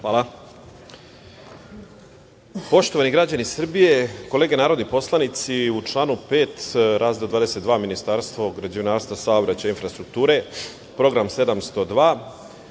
Hvala. Poštovani građani Srbije, kolege narodni poslanici, u članu 5. razdeo 22 – Ministarstvo građevinarstva, saobraćaja i infrastrukture, program 702.